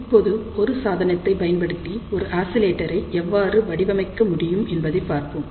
இப்போது ஒரு சாதனத்தை பயன்படுத்தி ஒரு ஆசிலேட்டரை எவ்வாறு வடிவமைக்க முடியும் என்பதை பார்ப்போம்